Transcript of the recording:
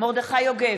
מרדכי יוגב,